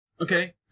okay